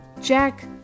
Jack